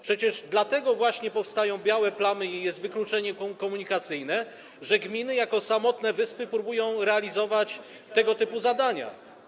Przecież dlatego właśnie powstają białe plamy i jest wykluczenie komunikacyjne, że gminy jako samotne wyspy próbują realizować tego typu zadania.